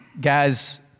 guys